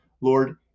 Lord